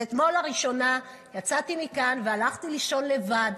אתמול לראשונה יצאתי מכאן והלכתי לישון לבד.